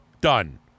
done